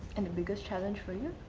and the biggest challenge for you?